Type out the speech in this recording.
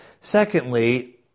Secondly